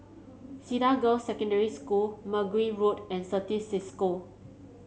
Cedar Girls' Secondary School Mergui Road and Certis Cisco